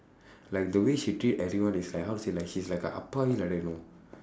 like the way she treat everyone is like how to say she's like a like that you know